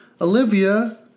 Olivia